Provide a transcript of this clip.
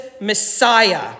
Messiah